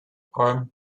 arm